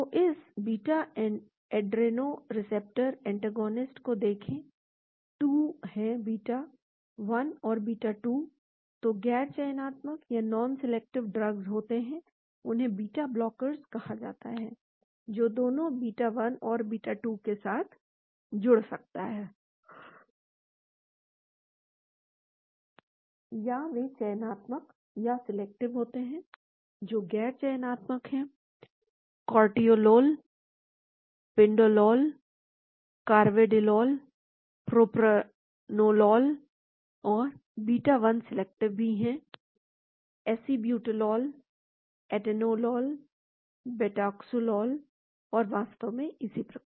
तो इस beta adrenoceptor antagonist को देखें २ हैं बीटा 1 और बीटा 2 तो गैर चयनात्मक या नॉन सिलेक्टिव ड्रग्स होते हैं उन्हें बीटा ब्लॉकर्स कहा जाता है जो दोनों बीटा 1 और बीटा 2 के साथ जुड़ सकता है या वे चयनात्मक या सिलेक्टिव होते हैं जो गैर चयनात्मक हैं कार्टियोलोल पिंडोलोल कार्वेडिलोल प्रोप्रानोलोल और बीटा 1 सिलेक्टिव भी हैं एसीब्यूटोलौल एटेनोलोल बेटाक्सोलोल और वास्तव में इसी प्रकार